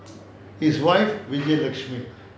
his wife vijayalakshmi